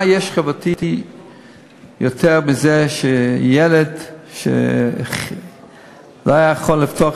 מה חברתי יותר מזה שילד שלא היה יכול לפתוח